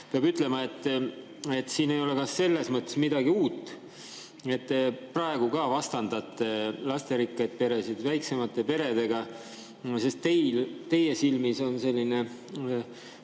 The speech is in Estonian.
Peab ütlema, et siin ei ole ka selles mõttes midagi uut, et te praegu ka vastandate lasterikkaid peresid väiksemate peredega, sest teie silmis on selline